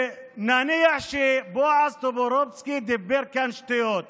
ונניח שבועז טופורובסקי דיבר כאן שטויות